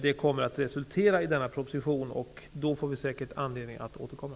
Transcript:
Det kommer att resultera i en proposition, och då får vi säkert anledning att återkomma.